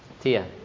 Tia